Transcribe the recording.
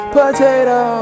potato